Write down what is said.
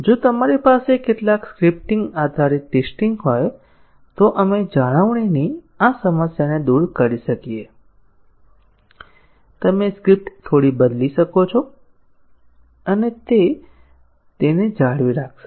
જો આપણી પાસે કેટલાક સ્ક્રિપ્ટીંગ આધારિત ટેસ્ટીંગ હોય તો આપણે જાળવણીની આ સમસ્યાને દૂર કરી શકીએ છીએ તમે સ્ક્રિપ્ટ થોડી બદલી શકો છો અને તે તેને જાળવી રાખશે